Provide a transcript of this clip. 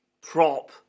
prop